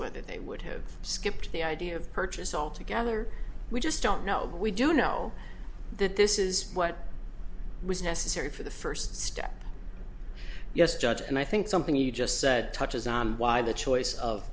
whether they would have skipped the idea of purchase all together we just don't know but we do know that this is what was necessary for the first step yes judge and i think something you just said touches on why the choice of